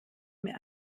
mir